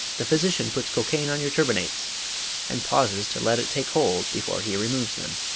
the physician puts cocaine on your turbinates and pauses to let it take hold before he removes them.